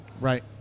right